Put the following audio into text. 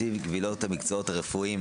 קבילות המקצועות הרפואיים